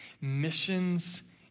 missions